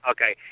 Okay